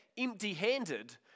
empty-handed